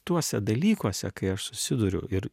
tuose dalykuose kai aš susiduriu ir